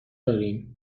داریم